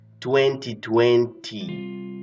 2020